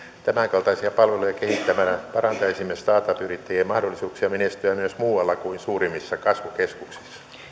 tämänkaltaisia palveluja kehittämällä parantaisimme startup yrittäjien mahdollisuuksia menestyä myös muualla kuin suurimmissa kasvukeskuksissa